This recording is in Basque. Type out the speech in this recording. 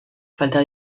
falta